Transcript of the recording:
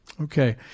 Okay